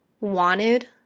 wanted